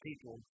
people